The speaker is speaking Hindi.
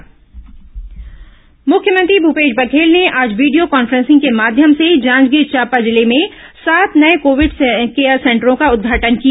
मुख्यमंत्री कोविड केयर सेंटर मुख्यमंत्री भूपेश बघेल ने आज वीडियो कॉन्फ्रेंसिंग के माध्यम से जांजगीर चांपा जिले में सात नये कोविड केयर सेंटरों का उद्घाटन किया